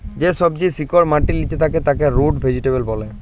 যে সবজির শিকড় মাটির লিচে থাক্যে তাকে রুট ভেজিটেবল ব্যলে